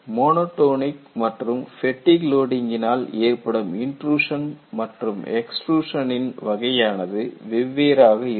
monotonic மற்றும் fatigue லோடிங்கினால் ஏற்படும் இன்ட்ரூஷன் மற்றும் எக்ஸ்ட்ருஷனின் வகையானது வெவ்வேறாக இருக்கும்